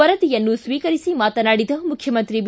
ವರದಿಯನ್ನು ಸ್ವೀಕರಿಸಿ ಮಾತನಾಡಿದ ಮುಖ್ಯಮಂತ್ರಿ ಬಿ